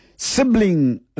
sibling